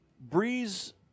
Breeze